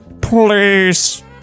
please